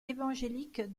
évangélique